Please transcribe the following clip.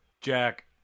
jack